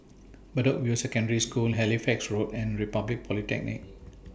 Bedok View Secondary School Halifax Road and Republic Polytechnic